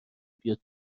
بیاد